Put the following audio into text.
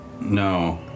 No